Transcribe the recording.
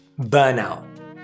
burnout